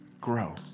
grow